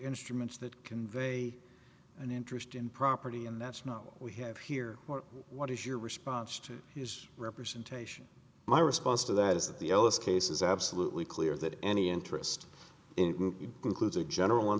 instruments that convey an interest in property and that's no we have here what is your response to his representation my response to that is that the ellis case is absolutely clear that any interest in includes a general